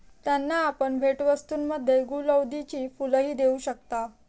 त्यांना आपण भेटवस्तूंमध्ये गुलौदीची फुलंही देऊ शकता